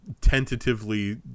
tentatively